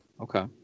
Okay